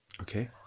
Okay